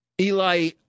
Eli